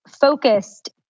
focused